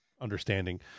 understanding